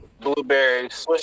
Blueberries